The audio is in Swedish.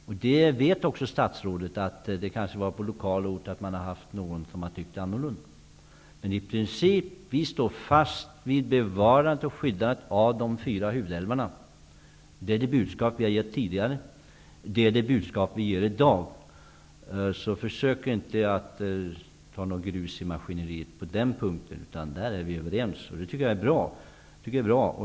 Statsrådet vet också att det kanske lokalt har funnits någon som tyckt annorlunda. Men vi står i princip fast vid bevarandet och skyddandet av de fyra huvudälvarna. Det är det budskap som vi har gett tidigare och som vi ger i dag. Försök alltså inte att kasta grus i maskineriet på den punkten! På den här punkten är vi överens, och jag tycker att det är bra.